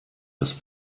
das